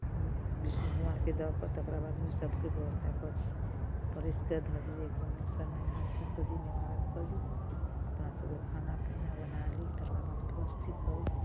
विष्णु भगवानके दऽ कऽ तकरा बादमे सभके व्यवस्था कऽ दी परसि कऽ धऽ देलियै एकदम खुद ही निवारण करी अपनासभके खाना पीना बना ली तकरा बाद व्यवस्थित करी